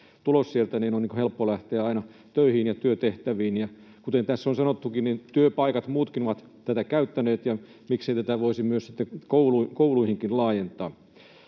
tulos sieltä, niin on helppo aina lähteä töihin ja työtehtäviin. Kuten tässä on sanottukin, muutkin työpaikat ovat tätä käyttäneet, ja miksei tätä voisi myös sitten kouluihinkin laajentaa,